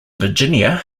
virginia